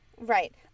Right